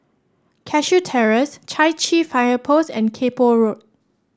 Cashew Terrace Chai Chee Fire Post and Kay Poh Road